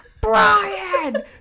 Brian